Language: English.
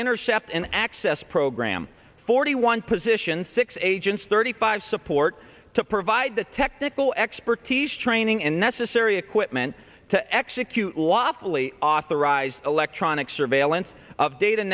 intercept an access program forty one position six agents thirty five support to provide the technical expertise training and necessary equipment to execute lawfully authorized electronic surveillance of data